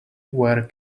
were